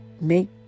make